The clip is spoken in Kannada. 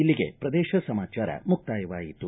ಇಲ್ಲಿಗೆ ಪ್ರದೇಶ ಸಮಾಚಾರ ಮುಕ್ತಾಯವಾಯಿತು